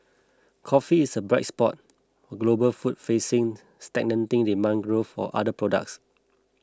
coffee is a bright spot for global food facing stagnating demand growth for other products